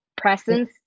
presence